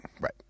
right